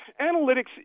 analytics